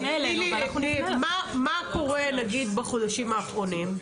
מה קורה בחודשים האחרונים?